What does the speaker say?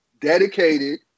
dedicated